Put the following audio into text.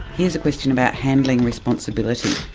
here's a question about handling responsibility.